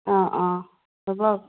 অঁ অঁ হ'ব